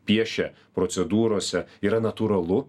piešę procedūrose yra natūralu